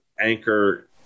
Anchor